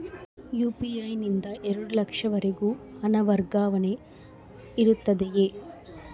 UPI ನಿಂದ ಎರಡು ಲಕ್ಷದವರೆಗೂ ಹಣ ವರ್ಗಾವಣೆ ಇರುತ್ತದೆಯೇ?